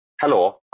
hello